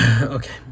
Okay